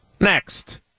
Next